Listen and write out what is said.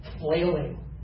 flailing